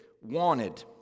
Wanted